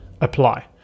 apply